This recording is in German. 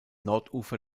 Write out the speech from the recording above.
nordufer